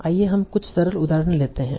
आइए हम कुछ सरल उदाहरण लेते हैं